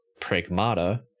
pragmata